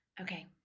Okay